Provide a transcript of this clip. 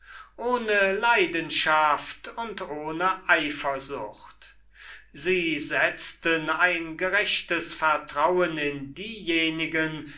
ohne leidenschaft und ohne eifersucht sie setzten ein billiges vertrauen in diejenige